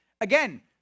Again